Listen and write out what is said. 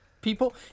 people